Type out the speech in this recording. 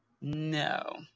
no